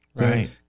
Right